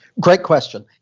great question.